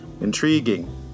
Intriguing